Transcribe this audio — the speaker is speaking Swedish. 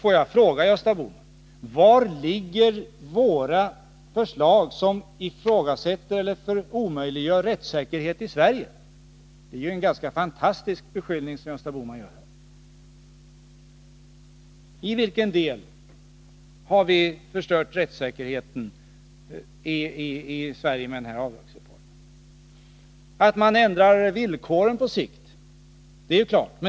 Får jag fråga Gösta Bohman: I vilka avseenden ifrågasätter eller omöjliggör våra förslag rättssäkerheten i Sverige? Det är en fantastisk beskyllning som Gösta Bohman för fram. I vilken del har vi med denna avdragsreform undergrävt rättssäkerheten i Sverige? Att man ändrar villkoren på sikt är klart.